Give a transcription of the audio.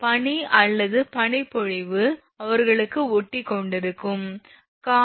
பனி அல்லது பனிப்பொழிவு அவர்களுக்கு ஒட்டிக்கொண்டிருக்கும் 4